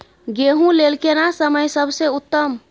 गेहूँ लेल केना समय सबसे उत्तम?